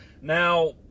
Now